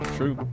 True